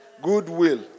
goodwill